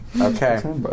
Okay